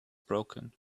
broken